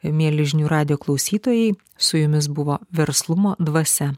mieli žinių radijo klausytojai su jumis buvo verslumo dvasia